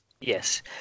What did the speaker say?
Yes